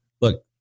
look